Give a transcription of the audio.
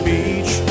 Beach